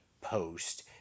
post